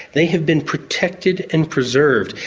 they have been protected and preserved,